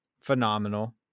phenomenal